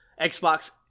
Xbox